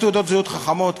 האם צריך תעודות זהות חכמות?